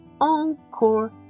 encore